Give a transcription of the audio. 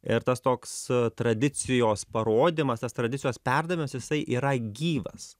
ir tas toks tradicijos parodymas tas tradicijos perdavimas jisai yra gyvas